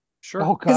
Sure